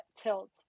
tilt